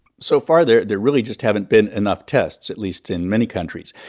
so far, there there really just haven't been enough tests, at least in many countries.